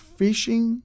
fishing